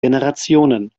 generationen